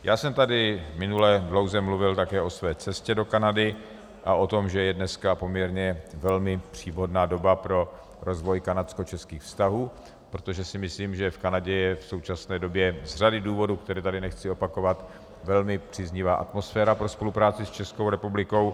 Já jsem tady minule dlouze mluvil také o své cestě do Kanady a o tom, že je dneska poměrně velmi příhodná doba pro rozvoj kanadskočeských vztahů, protože si myslím, že v Kanadě je v současné době z řady důvodů, které tady nechci opakovat, velmi příznivá atmosféra pro spolupráci s Českou republikou.